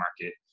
Market